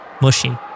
Mushy